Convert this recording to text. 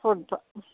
football